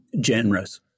generous